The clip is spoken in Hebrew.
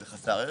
זה חסר ערך,